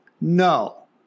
No